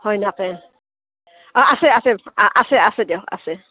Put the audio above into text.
হয় নেকি অঁ আছে আছে আছে আছে দিয়ক আছে